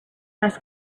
ask